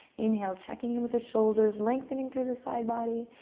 inhale checking in with the shoulders, lengthening through the side body,